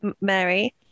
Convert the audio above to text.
Mary